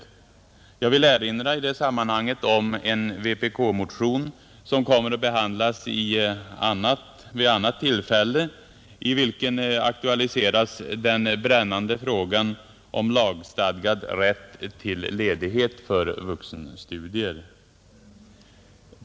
Jag vill erinra om en vpk-motion, som kommer att behandlas vid annat tillfälle och i vilken aktualiseras den brännande frågan om lagstadgad rätt till ledighet för vuxenstudier.